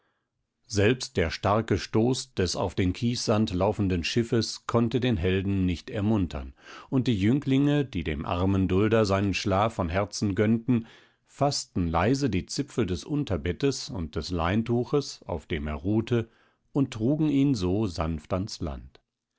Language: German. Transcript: selbst der starke stoß des auf den kiessand laufenden schiffes konnte den helden nicht ermuntern und die jünglinge die dem armen dulder seinen schlaf von herzen gönnten faßten leise die zipfel des unterbettes und des leintuches auf dem er ruhte und trugen ihn so sanft ans land